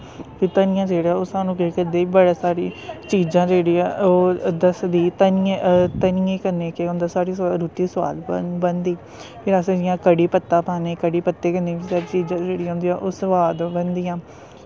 धनियां जेह्ड़ा ऐ ओह् सानूं केह् करदा बड़ी सारी चीजां जेह्ड़ी ऐ ओह् दसदी धनियां कन्ने केह् होंदे साढ़ी रुट्टी सोआद बनदी फिर अस जि'यां कढ़ी पत्ता पान्ने कढ़ी पत्ते कन्ने बी सब्जी जेह्ड़ी होंदी ऐ ओह् ओआद बनदियां